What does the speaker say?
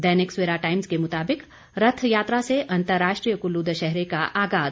दैनिक Savera times के मुताबिक रथ यात्रा से अंतर्राष्ट्रीय कुल्लू दशहरे का आगाज